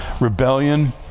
Rebellion